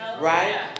right